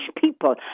people